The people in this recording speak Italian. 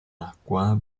acqua